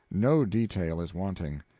no detail is wanting.